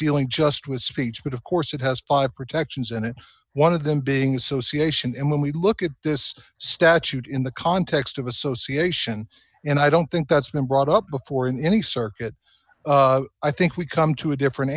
dealing just with speech but of course it has five protections in it one of them being so c h and when we look at this statute in the context of association and i don't think that's been brought up before in any circuit i think we come to a different